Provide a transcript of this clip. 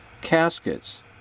caskets